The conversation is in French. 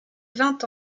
vingt